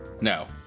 No